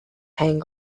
hang